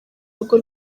rugo